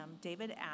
David